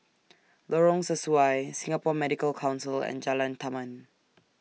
Lorong Sesuai Singapore Medical Council and Jalan Taman